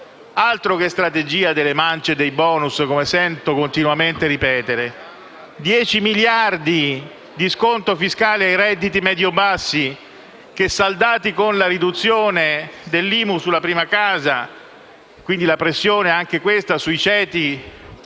altro che strategia delle mance e dei *bonus*, come sento continuamente ripetere! Dieci miliardi di euro di sconto fiscale ai redditi medio bassi, saldati con la riduzione dell'IMU sulla prima casa (quindi della pressione, anche in questo caso, sui ceti